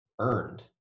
earned